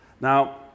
Now